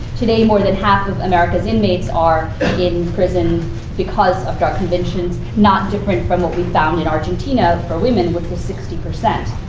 today, more than half of america's inmates are in prison because of drug convictions, not different from what we found in argentina for women, which was sixty.